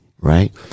right